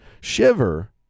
shiver